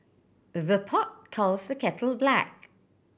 the pot calls the kettle black